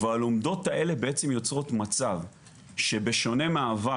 והלומדות האלה בעצם יוצרות מצב שבשונה מהעבר